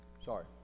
Sorry